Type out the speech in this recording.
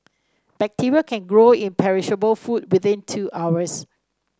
bacteria can grow in perishable food within two hours